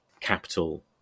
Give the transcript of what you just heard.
capital